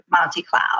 multi-cloud